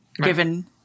given